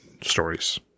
stories